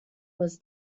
was